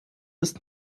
ist